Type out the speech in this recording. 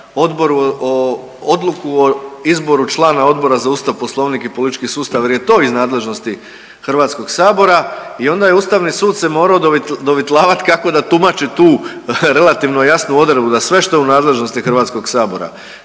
odluku o izboru člana Odbora za Ustav, Poslovnik i politički sustav jer je i to nadležnosti Hrvatskoga sabora. I onda je Ustavni sud se morao dovitlavati kako da tumači tu relativno jasnu odredbu da sve što je u nadležnosti Hrvatskoga sabora